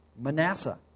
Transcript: Manasseh